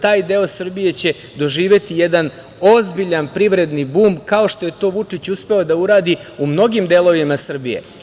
Taj deo Srbije će doživeti jedan ozbiljan privredni bum, kao što je to Vučić uspeo da uradi u mnogim delovima Srbije.